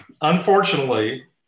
unfortunately